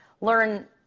learn